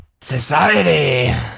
Society